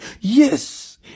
Yes